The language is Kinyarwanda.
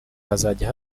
hazajya